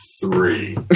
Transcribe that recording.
three